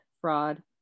fraud